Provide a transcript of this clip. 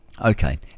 Okay